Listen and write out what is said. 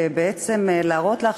ובעצם להראות לך,